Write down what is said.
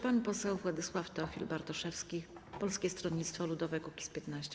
Pan poseł Władysław Teofil Bartoszewski, Polskie Stronnictwo Ludowe - Kukiz15.